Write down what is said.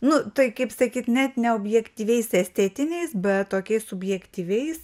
nu tai kaip sakyt net ne objektyviais estetiniais bet tokiais subjektyviais